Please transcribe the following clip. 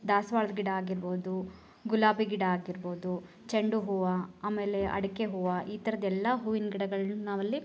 ದಾಸ್ವಾಳ್ದ ಗಿಡ ಆಗಿರ್ಬೋದು ಗುಲಾಬಿ ಗಿಡ ಆಗಿರ್ಬೋದು ಚೆಂಡು ಹೂವು ಆಮೇಲೆ ಅಡಿಕೆ ಹೂವು ಈ ಥರದ್ದು ಎಲ್ಲ ಹೂವಿನ ಗಿಡಗಳನ್ನು ನಾವಲ್ಲಿ